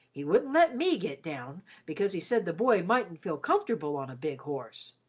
he wouldn't let me get down, because he said the boy mightn't feel comfortable on a big horse.